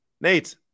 Nate